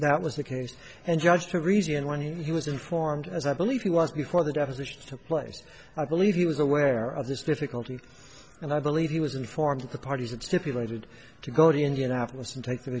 that was the case and judge to reason when he was informed as i believe he was before the depositions took place i believe he was aware of this difficulty and i believe he was informed of the parties that stipulated to go to indianapolis and take the